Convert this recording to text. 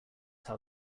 how